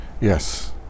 Yes